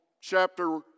chapter